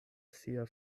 sia